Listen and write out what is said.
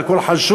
על כל חשוד,